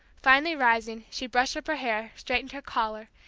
finally rising, she brushed up her hair, straightened her collar,